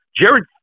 Jared